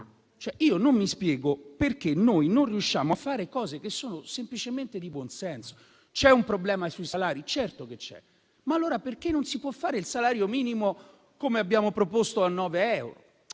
non mi spiego perché non riusciamo a fare cose che sono semplicemente di buon senso. C'è un problema sui salari? Certo che c'è, ma allora perché non si può fare il salario minimo, come abbiamo proposto, a 9 euro?